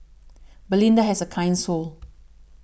Belinda has a kind soul